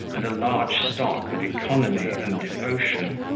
and a large stock of economy and devotion.